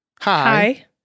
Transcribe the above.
Hi